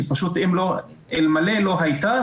שפשוט אלמלא הייתה,